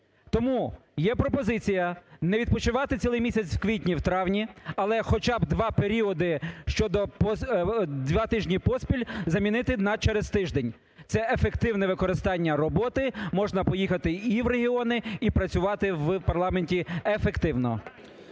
Тому є пропозиція: не відпочивати цілий місяць в квітні, в травні, але хоча б два періоди щодо... два тижні поспіль замінити на через тиждень. Це ефективне використання роботи, можна поїхати і в регіони, і працювати в парламенті ефективно.